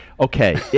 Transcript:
Okay